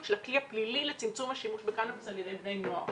של הכלי הפלילי לצמצום השימוש בקנאביס על ידי בני נוער